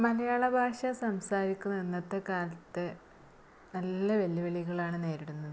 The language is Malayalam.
മലയാളഭാഷ സംസാരിക്കുന്നത് ഇന്നത്തെ കാലത്ത് നല്ല വെല്ലുവിളികളാണ് നേരിടുന്നത്